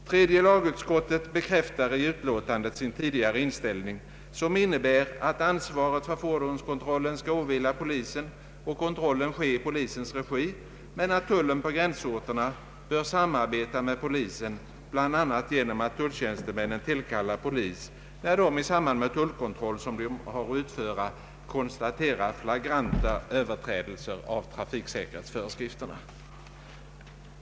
Tredje lagutskottet bekräftar i utlåtandet sin tidigare inställning, som innebär att ansvaret för fordonskontrollen skall åvila polisen och kontrollen ske i polisens regi, men att tullen på gränsorterna bör samarbeta med polisen bl.a. genom att tulltjänstemännen tillkallar polis, när de i samband med tullkontroll, som de har att utföra, konstaterar flagranta överträdelser av trafiksäkerhetsföreskrifterna.